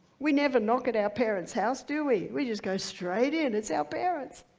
we never knock at our parent's house, do we? we just go straight in it's our parents.